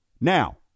Now